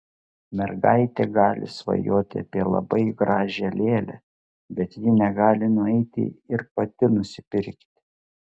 mergaitė gali svajoti apie labai gražią lėlę bet ji negali nueiti ir pati nusipirkti